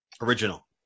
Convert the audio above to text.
Original